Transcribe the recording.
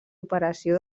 operació